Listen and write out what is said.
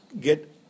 get